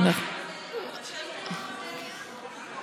חבר הכנסת אוסאמה סעדי נוסף,